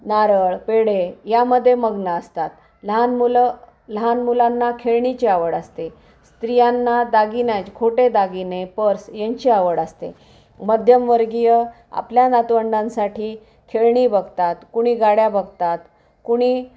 नारळ पेढे यामध्ये मग्न असतात लहान मुलं लहान मुलांना खेळणीची आवड असते स्त्रियांना दागिन्याचं खोटे दागिने पर्स यांची आवड असते मध्यमवर्गीय आपल्या नातवंडांसाठी खेळणी बघतात कुणी गाड्या बघतात कुणी